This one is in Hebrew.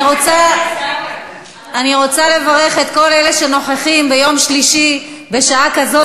אני רוצה לברך את כל אלה שנוכחים ביום שלישי בשעה כזאת,